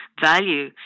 value